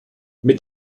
mit